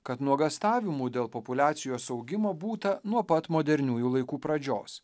kad nuogąstavimų dėl populiacijos augimo būta nuo pat moderniųjų laikų pradžios